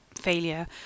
failure